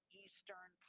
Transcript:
eastern